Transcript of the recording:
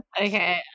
Okay